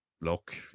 look